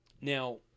Now